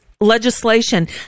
legislation